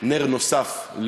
נר נוסף,